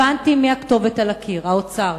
הבנתי מי הכתובת על הקיר, האוצר.